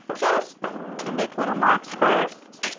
just make little marks first.